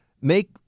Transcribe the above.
make